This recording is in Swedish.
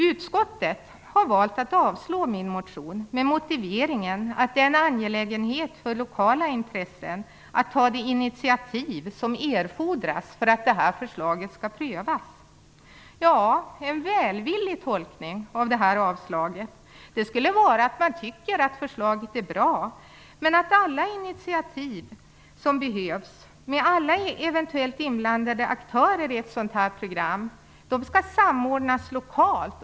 Utskottet har valt att avstyrka min motion med motiveringen att det är en angelägenhet för lokala intressen att ta det initiativ som erfordras för att det här förslaget skall prövas. En välvillig tolkning av det här avstyrkandet skulle vara att man tycker att förslaget är bra, men att alla initiativ som behövs, med alla aktörer som är inblandade i ett sådant här program, skall samordnas lokalt.